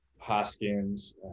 Hoskins